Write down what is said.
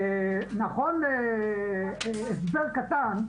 הסבר קטן,